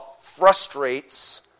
frustrates